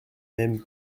même